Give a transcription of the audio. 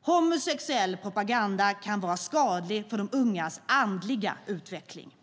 "Homosexuell propaganda kan vara skadlig för de ungas andliga utveckling."